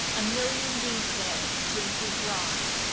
a million details drink you dry.